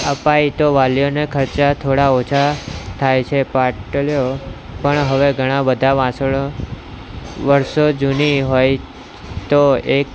અપાય તો વાલીઓને ખર્ચા થોડા ઓછા થાય છે પાટલીઓ પણ હવે ઘણા બધા વાસણો વર્ષો જૂની હોય તો એ એક